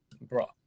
bro